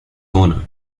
honor